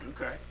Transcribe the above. Okay